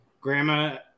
grandma